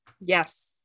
Yes